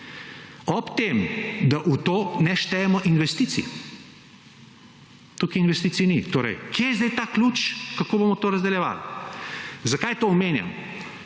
Ob tem, da v to ne štejemo investicij. Tukaj investicij ni. Torej, kje je zdaj ta ključ, kako bomo to razdeljevali. Zakaj to omenjam;